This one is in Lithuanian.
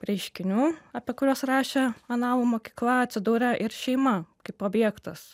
reiškinių apie kuriuos rašė analų mokykla atsidūrė ir šeima kaip objektas